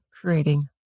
creating